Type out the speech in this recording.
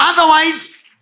Otherwise